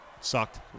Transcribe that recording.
Sucked